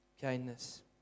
kindness